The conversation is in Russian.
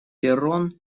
перрон